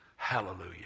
Hallelujah